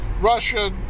Russia